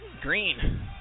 Green